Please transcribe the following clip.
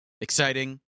Exciting